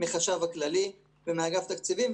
החשב הכללי ומאגף התקציבים,